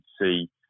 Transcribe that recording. see